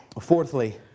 Fourthly